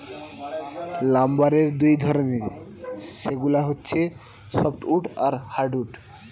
লাম্বারের দুই ধরনের, সেগুলা হচ্ছে সফ্টউড আর হার্ডউড